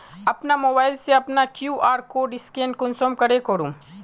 अपना मोबाईल से अपना कियु.आर कोड स्कैन कुंसम करे करूम?